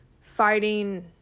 fighting